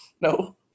No